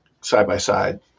side-by-side